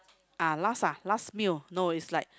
ah last ah last meal no is like